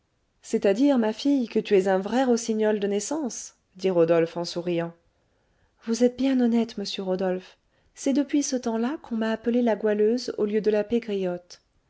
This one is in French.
c'est-à-dire ma fille que tu es un vrai rossignol de naissance dit rodolphe en souriant vous êtes bien honnête monsieur rodolphe c'est depuis ce temps-là qu'on m'a appelée la goualeuse au lieu de la pégriotte